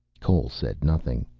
cole said nothing.